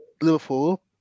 Liverpool